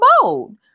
bold